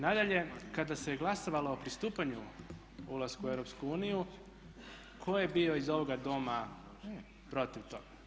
Nadalje, kada se glasovalo o pristupanju o ulasku u EU tko je bio iz ovoga Doma protiv toga.